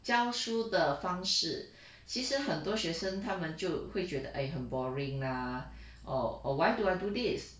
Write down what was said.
教书的方式其实很多学生他们就会觉得哎很 boring lah or or why do I do this